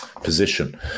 position